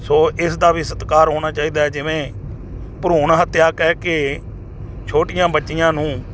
ਸੋ ਇਸ ਦਾ ਵੀ ਸਤਿਕਾਰ ਹੋਣਾ ਚਾਹੀਦਾ ਜਿਵੇਂ ਭਰੂਣ ਹੱਤਿਆ ਕਹਿ ਕੇ ਛੋਟੀਆਂ ਬੱਚੀਆਂ ਨੂੰ